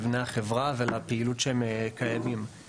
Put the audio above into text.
למבנה החברה ולפעילות שהם מקיימים.